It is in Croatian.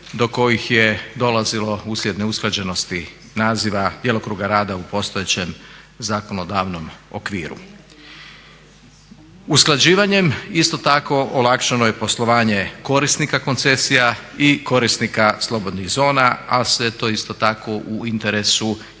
do kojih je dolazilo uslijed neusklađenosti naziva, djelokruga rada u postojećem zakonodavnom okviru. Usklađivanjem isto tako olakšano je poslovanje korisnika koncesija i korisnika slobodnih zona a sve to isto tako u interesu i